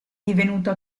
divenuto